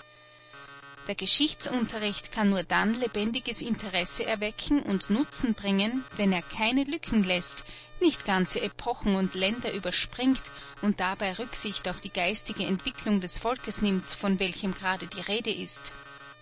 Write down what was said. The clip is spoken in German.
der geschichtsunterricht kann nur dann lebendiges interesse erwecken und nutzen bringen wenn er keine lücken läßt nicht ganze epochen und länder überspringt und dabei rücksicht auf die geistige entwicklung des volkes nimmt von welchem grade die rede ist